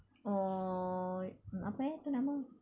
or apa eh tu nama